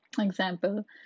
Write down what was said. example